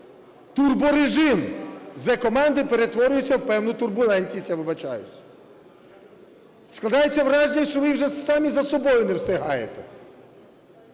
турборежим "Зе-команди" перетворюється в певну турбулентність, я вибачаюсь. Складається враження, що ви вже самі за собою не встигаєте.